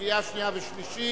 לקריאה שנייה ושלישית.